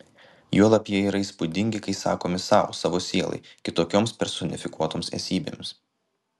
juolab jie yra įspūdingi kai sakomi sau savo sielai kitokioms personifikuotoms esybėms